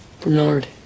Bernard